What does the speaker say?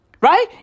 right